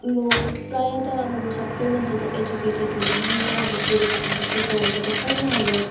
अब प्रायः त अब सबै मान्छे एजुकेटेड हुँदैन नि त अब बुढापाका सबै पढेको त छैन हाम्रो